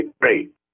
great